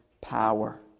power